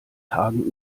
tagen